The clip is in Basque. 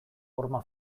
horma